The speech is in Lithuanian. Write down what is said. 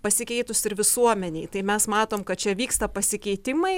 pasikeitus ir visuomenei tai mes matom kad čia vyksta pasikeitimai